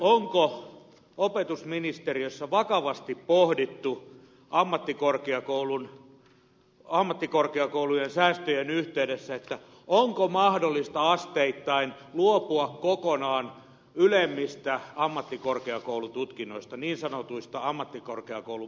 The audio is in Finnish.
onko opetusministeriössä vakavasti pohdittu ammattikorkeakoulujen säästöjen yhteydessä onko mahdollista asteittain luopua kokonaan ylemmistä ammattikorkeakoulututkinnoista niin sanotuista ammattikorkeakoulun maisteritutkinnoista